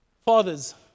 Fathers